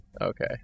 okay